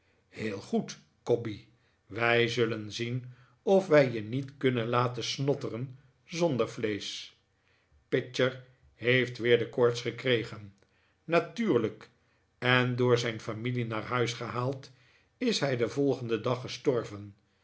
heel goed cobbey wij zullen zien of wij je niet kunnen laten snotteren zonder vleesch pitcher heeft weer de koorts gekregen natuurlijk en door zijn familie naar huis gehaald is hij den volgenden dag gestorven